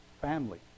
family